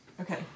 Okay